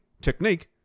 technique